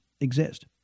exist